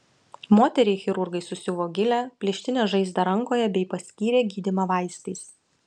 moteriai chirurgai susiuvo gilią plėštinę žaizdą rankoje bei paskyrė gydymą vaistais